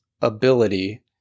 ability